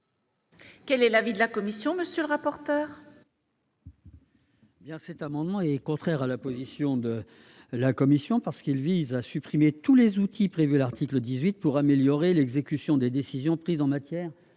Quel est l'avis de la commission ? Cet amendement est contraire à la position de la commission. Il tend en effet à supprimer tous les outils prévus à l'article 18 pour améliorer l'exécution des décisions prises en matière